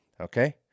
Okay